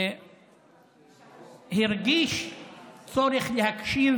הוא הרגיש צורך להקשיב